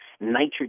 nitrogen